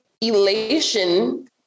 elation